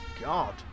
God